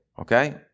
okay